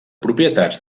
propietats